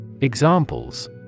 Examples